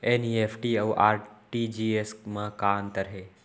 NEFT अऊ RTGS मा का अंतर हे?